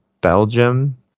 Belgium